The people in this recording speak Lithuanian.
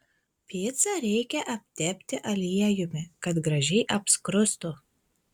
picą reikia aptepti aliejumi kad gražiai apskrustų